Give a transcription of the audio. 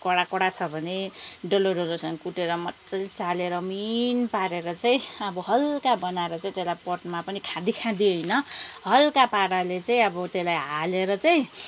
कडा कडा छ भने डल्लो डल्लो छ भने कुटेर मज्जाले चालेर मिहिन पारेर चाहिँ अब हल्का बनाएर चाहिँ त्यसलाई पटमा पनि खाँदी खाँदी होइन हल्का पाराले चाहिँ अब त्यसलाई हालेर चाहिँ